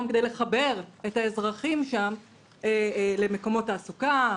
כדי לחבר את האזרחים שם למקומות תעסוקה,